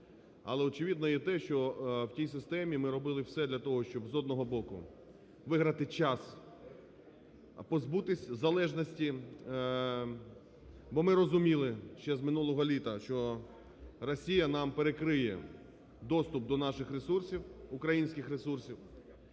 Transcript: Але очевидно і те, що в тій системі ми робили все для того, щоб, з одного боку, виграти час, позбутись залежності, бо ми розуміли ще з минулого літа, що Росія нам перекриє доступ до наших ресурсів, українських ресурсів,